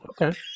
okay